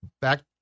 back